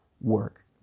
work